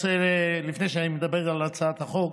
לפני שאני מדבר על הצעת החוק,